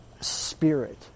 spirit